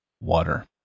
water